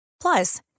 Plus